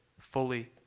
fully